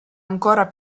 ancora